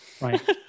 Right